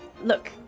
look